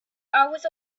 hours